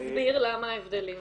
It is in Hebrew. תסביר למה ההבדלים.